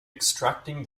extracting